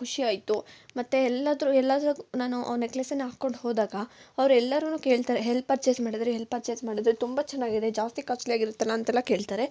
ಖುಷಿಯಾಯ್ತು ಮತ್ತು ಎಲ್ಲದರ ಎಲ್ಲದ್ರಲ್ಲಿ ನಾನು ನೆಕ್ಲೆಸನ್ನ ಹಾಕ್ಕೊಂಡು ಹೋದಾಗ ಅವ್ರು ಎಲ್ಲರೂ ಕೇಳ್ತಾರೆ ಎಲ್ಲಿ ಪರ್ಚೇಸ್ ಮಾಡಿದ್ರಿಎಲ್ಲಿ ಪರ್ಚೇಸ್ ಮಾಡಿದ್ರಿ ತುಂಬ ಚೆನ್ನಾಗಿದೆ ಜಾಸ್ತಿ ಕಾಸ್ಟ್ಲಿಯಾಗಿರುತ್ತೆಲ್ಲ ಅಂತೆಲ್ಲ ಕೇಳ್ತಾರೆ